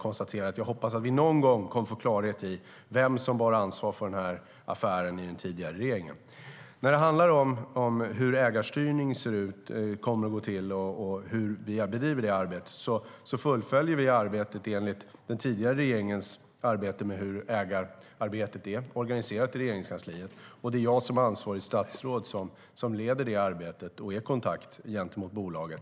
Jag hoppas att vi någon gång kommer att få klarhet i vem i den tidigare regeringen som bar ansvaret för denna affär. När det handlar om hur ägarstyrningen kommer att gå till och hur vi har bedrivit detta arbete fullföljer vi arbetet enligt den tidigare regeringens arbete med hur ägararbetet är organiserat i Regeringskansliet. Det är jag som ansvarigt statsråd som leder det arbetet och är kontakt gentemot bolaget.